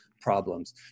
problems